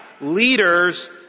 Leaders